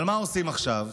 אבל מה עושים עכשיו?